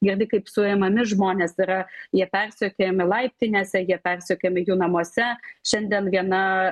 girdi kaip suimami žmonės yra jie persekiojami laiptinėse jie persekiojami jų namuose šiandien viena